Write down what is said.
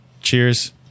Cheers